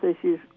issues